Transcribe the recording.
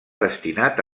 destinat